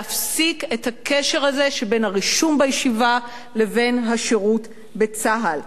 להפסיק את הקשר הזה שבין הרישום בישיבה לבין השירות בצה"ל.